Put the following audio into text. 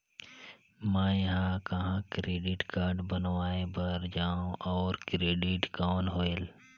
मैं ह कहाँ क्रेडिट कारड बनवाय बार जाओ? और क्रेडिट कौन होएल??